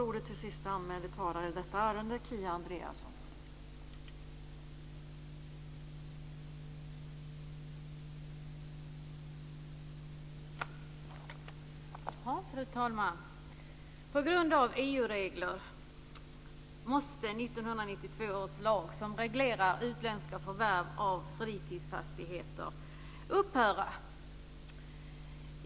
Fru talman! På grund av EU-regler måste 1992 års lag, som reglerar utlänska förvärv av fritidsfastigheter, upphöra.